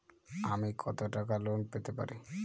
আমি কত টাকা লোন পেতে পারি?